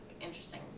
interesting